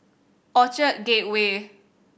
Orchard Gateway